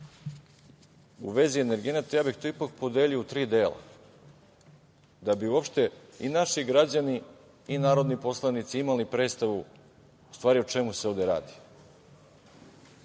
u vezi energenata ja bih ipak podelio u tri dela, a da bi uopšte i naši građani, i narodni poslanici imali predstavu o čemu se ovde radi.